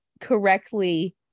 correctly